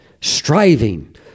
striving